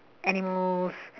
animals